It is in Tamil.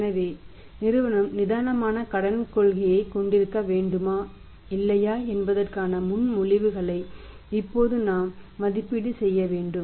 எனவே நிறுவனம் நிதானமான கடன் கொள்கையாக கொண்டிருக்க வேண்டுமா இல்லையா என்பதற்கான முன்மொழிவுகளை இப்போது நாம் மதிப்பீடு செய்ய வேண்டும்